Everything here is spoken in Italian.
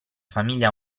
famiglia